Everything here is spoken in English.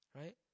Right